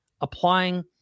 applying